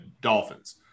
Dolphins